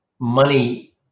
money